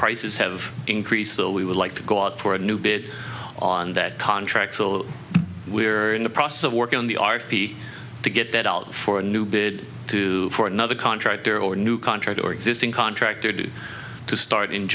prices have increased so we would like to go out for a new bid on that contract so we are in the process of working on the r v to get that out for a new bid to for another contractor or new contract or existing contractor due to start in